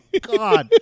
god